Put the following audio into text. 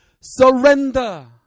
Surrender